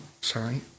sorry